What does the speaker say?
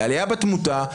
לעלייה בתמותה.